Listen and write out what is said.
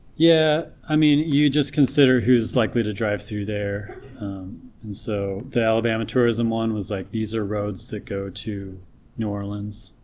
yeah i mean you just consider who's likely to drive through there and so the alabama tourism one was on like these are roads that go to new orleans,